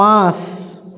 পাঁচ